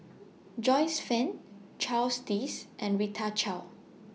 Joyce fan Charles Dyce and Rita Chao